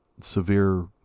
severe